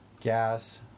gas